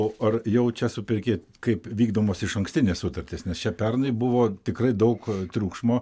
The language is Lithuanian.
o ar jau čia superki kaip vykdomos išankstinės sutartys nes čia pernai buvo tikrai daug triukšmo